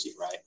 right